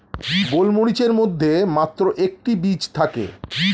গোলমরিচের মধ্যে মাত্র একটি বীজ থাকে